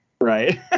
right